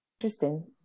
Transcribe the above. interesting